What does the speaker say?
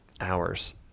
hours